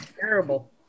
terrible